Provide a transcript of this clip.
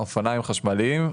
אופניים חשמליים,